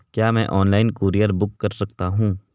क्या मैं online courier book कर सकता हूँ?